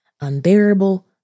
unbearable